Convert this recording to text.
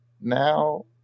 now